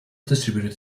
distributed